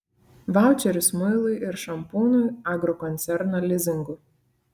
vaučeris muilui ir šampūnui agrokoncerno lizingu